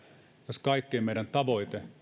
jos kaikkien meidän tavoite